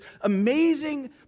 amazing